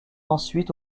ensuite